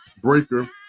Breaker